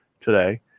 today